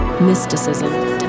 Mysticism